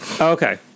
Okay